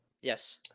Yes